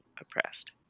oppressed